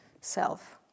self